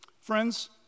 Friends